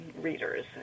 readers